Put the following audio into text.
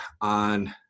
on